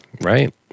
Right